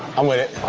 i'm wit it.